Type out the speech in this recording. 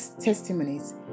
testimonies